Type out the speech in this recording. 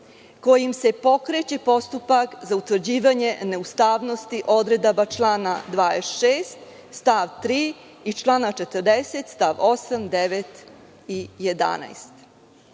kojim se pokreće postupak za utvrđivanje neustavnosti odredaba člana 26. stav 3. i člana 40. stav 8, 9. i 11.